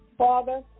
Father